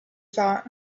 thought